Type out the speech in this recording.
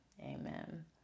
amen